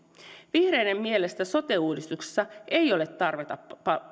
vihreiden mielestä sote uudistuksessa ei ole tarvetta